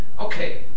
Okay